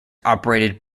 operated